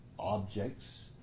objects